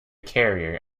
carrier